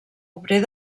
obrer